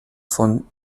von